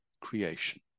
creation